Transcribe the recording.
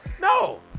no